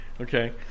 Okay